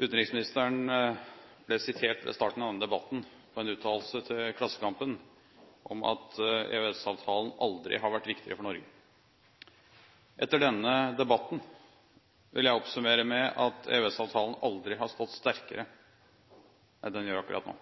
Utenriksministeren ble ved starten av denne debatten sitert på en uttalelse til Klassekampen om at EØS-avtalen aldri har vært viktigere for Norge. Etter denne debatten vil jeg oppsummere med at EØS-avtalen aldri har stått sterkere enn den gjør akkurat nå.